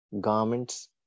garments